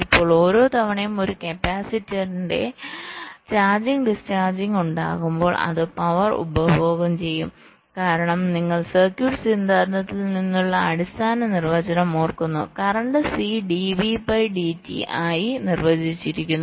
ഇപ്പോൾ ഓരോ തവണയും ഒരു കപ്പാസിറ്ററിന്റെ ചാർജ്ജിംഗ് ഡിസ്ചാർജിംഗ് ഉണ്ടാകുമ്പോൾ അത് പവർ ഉപഭോഗം ചെയ്യും കാരണം നിങ്ങൾ സർക്യൂട്ട് സിദ്ധാന്തത്തിൽ നിന്നുള്ള അടിസ്ഥാന നിർവചനം ഓർക്കുന്നു കറന്റ് C dVdt ആയി നിർവചിച്ചിരിക്കുന്നു